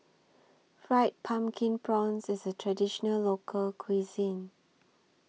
Fried Pumpkin Prawns IS A Traditional Local Cuisine